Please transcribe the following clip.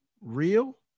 real